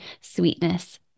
sweetness